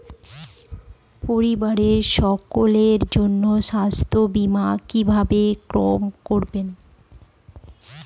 পরিবারের সকলের জন্য স্বাস্থ্য বীমা কিভাবে ক্রয় করব?